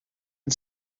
and